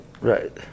Right